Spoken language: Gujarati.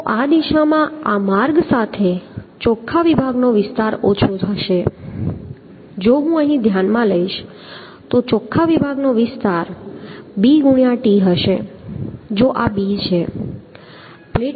તો આ દિશામાં આ માર્ગ સાથે ચોખ્ખા વિભાગનો વિસ્તાર ઓછો હશે જો હું અહીં ધ્યાનમાં લઈશ તો ચોખ્ખા વિભાગનો વિસ્તાર b ✕ t હશે જો આ b છે